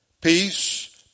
peace